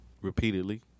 repeatedly